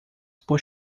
por